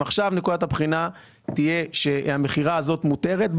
אם עכשיו נקודת הבחינה תהיה שהמכירה הזאת מותרת,